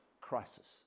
crisis